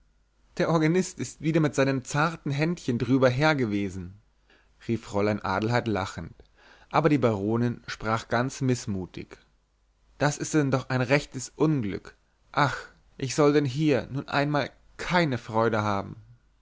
der organist ist wieder mit seinen zarten händchen drüber her gewesen rief fräulein adelheid lachend aber die baronin sprach ganz mißmutig das ist denn doch ein rechtes unglück ach ich soll denn hier nun einmal keine freude haben